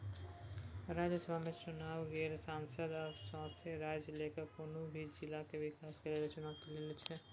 राज्यसभा में चुनल गेल सांसद सब सौसें राज्य केर कुनु भी जिला के विकास के लेल चुनैत छै